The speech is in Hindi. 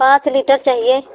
पाँच लीटर चाहिए